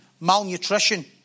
malnutrition